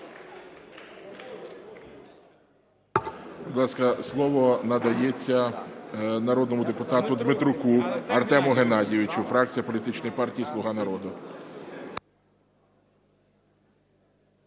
слово надається народному депутату Дмитруку Артему Геннадійовичу, фракція політичної партії "Слуга народу".